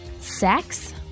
Sex